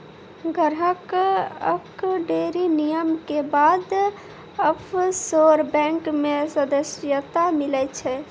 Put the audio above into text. ग्राहक कअ ढ़ेरी नियम के बाद ऑफशोर बैंक मे सदस्यता मीलै छै